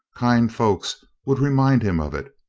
kind folks would remind him of it,